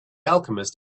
alchemist